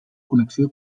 connexió